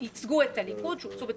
ייצגו את הליכוד.